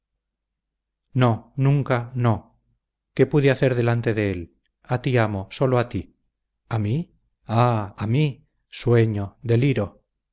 no nunca no qué pude hacer delante de él a ti amo sólo a ti a mí ah a mí sueño deliro